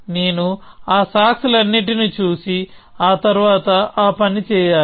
నేను ఆ సాక్స్ లన్నింటినీ చూసి ఆ తర్వాత ఆ పని చేయాలి